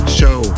show